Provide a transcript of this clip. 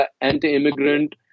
anti-immigrant